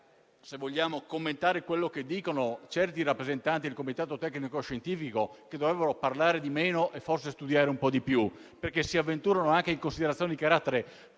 se vogliamo commentare quello che dicono certi rappresentanti del Comitato tecnico-scientifico, che dovrebbero parlare di meno e forse studiare un po' di più, perché si avventurano in considerazioni di carattere